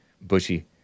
bushy